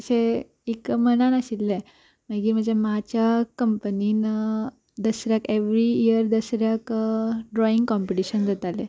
अशें एक मनान आशिल्ले मागीर म्हज्या माच्या कंपनीन दसऱ्याक एवरी इयर दसऱ्याक ड्रॉइंग कॉम्पिटिशन जाताले